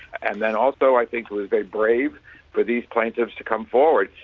and then also, i think, it was very brave for these plaintiffs to come forward.